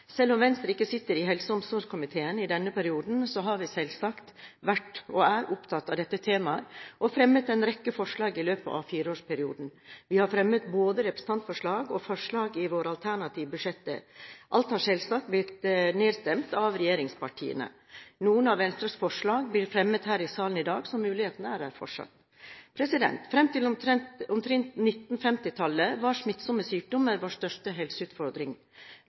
Selv om Venstre ikke sitter i helse- og omsorgskomiteen i denne perioden, har vi selvsagt vært – og er – opptatt av dette temaet og fremmet en rekke forslag i løpet av fireårsperioden. Vi har fremmet både representantforslag og forslag i våre alternative budsjetter. Alt har selvsagt blitt nedstemt av regjeringspartiene. Noen av Venstres forslag blir fremmet i salen her i dag, så muligheten er der fortsatt. Fram til omtrent 1950-tallet var smittsomme sykdommer vår største helseutfordring.